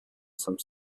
some